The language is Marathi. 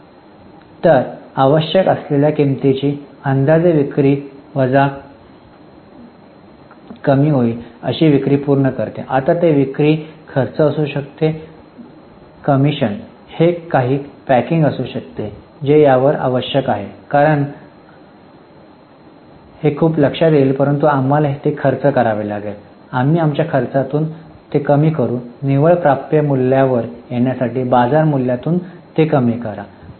तर आवश्यक असलेल्या किंमतीची अंदाजे विक्री वजा वजा कमी होईल अशी विक्री पूर्ण करणे आता ते विक्री खर्च असू शकते ते असू शकते कमिशन हे काही पॅकिंग असू शकते जे यावर आवश्यक आहे कारण आम्ही जात नाही हे खूप लक्षात येईल परंतु आम्हाला ते खर्च करावे लागेल आम्ही आमच्या खर्चातून कमी करू निव्वळ प्राप्य मूल्यावर येण्यासाठी बाजार मूल्यातून ते कमी करा